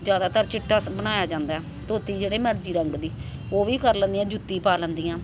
ਜ਼ਿਆਦਾਤਰ ਚਿੱਟਾ ਸ ਬਣਾਇਆ ਜਾਂਦਾ ਧੋਤੀ ਜਿਹੜੇ ਮਰਜੀ ਰੰਗ ਦੀ ਉਹ ਵੀ ਕਰ ਲੈਂਦੀਆਂ ਜੁੱਤੀ ਪਾ ਲੈਂਦੀਆਂ ਹੈ ਨਾ